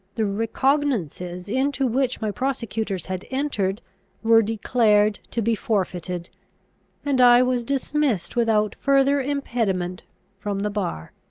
the recognizances into which my prosecutors had entered were declared to be forfeited and i was dismissed without further impediment from the bar.